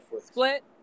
Split